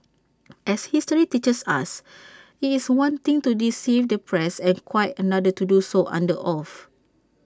as history teaches us IT is one thing to deceive the press and quite another to do so under oath